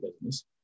business